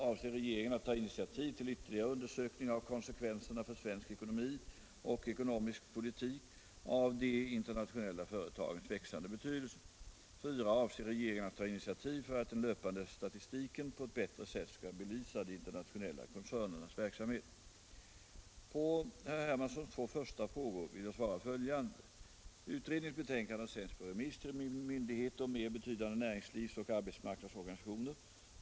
Avser regeringen att ta initiativ till ytterligare undersökning av konsekvenserna för svensk ekonomi och ekonomisk politik av de internationella företagens växande betydelse? 4. Avser regeringen att ta initiativ för att den löpande statistiken på ett bättre sätt skall belysa de internationella koncernernas verksamhet? På herr Hermanssons två första frågor vill jag svara följande. Utredningens betänkande har sänts på remiss till myndigheter och mer betydande näringslivsoch arbetsmarknadsorganisationer.